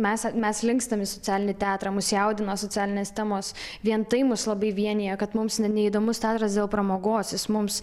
mes mes linkstam į socialinį teatrą mus jaudina socialinės temos vien tai mus labai vienija kad mums na neįdomus teatras dėl pramogos jis mums